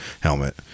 helmet